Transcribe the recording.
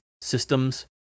systems